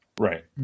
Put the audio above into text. Right